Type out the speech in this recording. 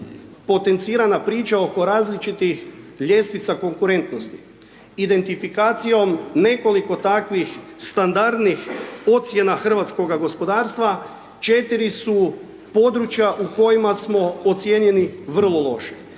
potencirana priča oko različitih ljestvica konkurentnosti, identifikacijom nekoliko takvih standardnih ocjena hrvatskog gospodarstva, 4 su područja u kojim smo ocjenjeni vrlo loše.